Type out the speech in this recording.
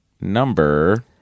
number